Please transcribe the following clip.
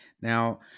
Now